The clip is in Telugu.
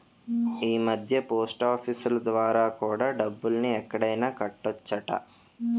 ఈమధ్య పోస్టాఫీసులు ద్వారా కూడా డబ్బుల్ని ఎక్కడైనా కట్టొచ్చట